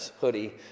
hoodie